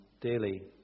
daily